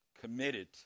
committed